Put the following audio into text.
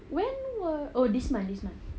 when were oh this month this month